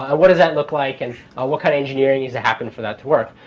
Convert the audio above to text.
what does that look like and what kind engineering needs to happen for that to work?